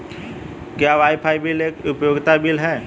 क्या wifi bill एक उपयोगिता बिल है?